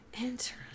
interesting